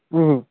ம்